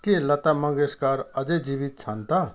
के लता मङ्गेशकर अझै जीवित छन् त